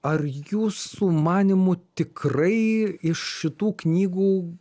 ar jūsų manymu tikrai iš šitų knygų